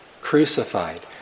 crucified